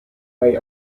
may